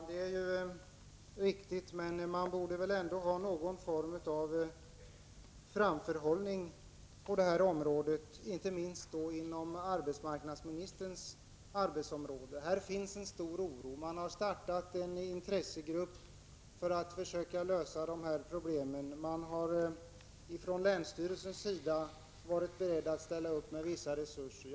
Herr talman! Det är riktigt. Men det vore väl bra med någon form av framförhållning, inte minst inom arbetsmarknadsministerns arbetsområde. Här finns en stor oro. Man har tillsatt en intressegrupp för att försöka lösa de här problemen. Man har från länsstyrelsens sida varit beredd att ställa upp med vissa resurser.